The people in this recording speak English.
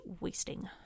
wasting